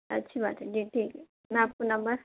اچھی بات ہے جی ٹھیک ہے میں آپ کو نمبر